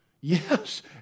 Yes